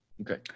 Okay